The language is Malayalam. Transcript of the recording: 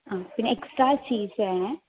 ആ പിന്നെ എക്സ്ട്രാ ചീസ് വേണേ